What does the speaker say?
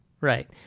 right